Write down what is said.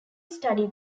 study